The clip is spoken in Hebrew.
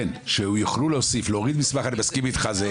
שיוכלו להוריד מסמך אני מסכים איתך.